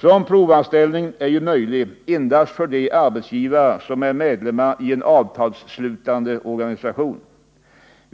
Sådan provanställning är ju möjlig endast hos de arbetsgivare som är medlemmar i en avtalsslutande organisation.